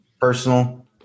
personal